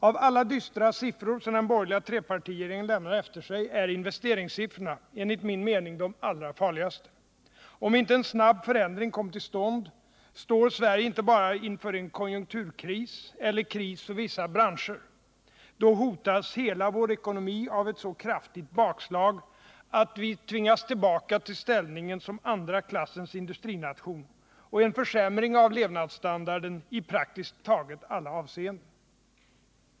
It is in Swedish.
Av alla dystra siffror som den borgerliga trepartiregeringen lämnar efter sig är investeringssiffrorna enligt min mening de allra farligaste. Om inte en snabb förändring kommer till stånd, står Sverige inte bara inför en konjunkturkris eller kris för vissa branscher. Då hotas hela vår ekonomi av ett så kraftigt bakslag att vi tvingas tillbaka till ställningen som andra klassens industrination och en försämring av levnadsstandarden i praktiskt taget alla avseenden.